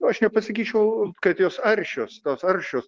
aš nepasakyčiau kad jos aršios tos aršios